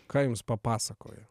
ką jums papasakojo